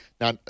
Now